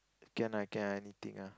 can ah can I anything lah